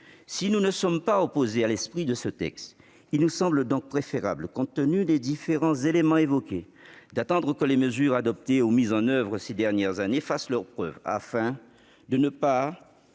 Si nous ne sommes pas opposés à l'esprit de ce texte, il nous semble donc préférable, compte tenu des différents éléments évoqués, d'attendre que les mesures adoptées ou mises en oeuvre ces dernières années fassent leurs preuves, afin de ne pas